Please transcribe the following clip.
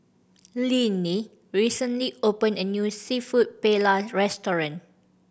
Linnea recently open a new Seafood Paella Restaurant